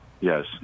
yes